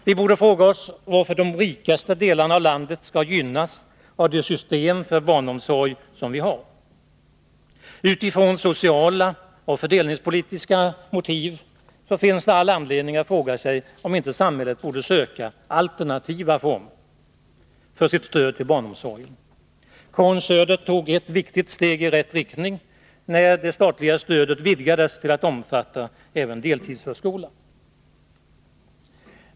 Vi borde fråga oss varför de rikaste delarna av landet skall gynnas av det system för barnomsorg som vi har. Utifrån sociala och fördelningspolitiska motiv finns det all anledning att fråga om inte samhället borde söka alternativa former för sitt stöd till barnomsorgen. Karin Söder tog ett viktigt steg i rätt riktning, när det statliga stödet vidgades till att omfatta även deltidsförskolan.